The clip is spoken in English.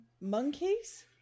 monkeys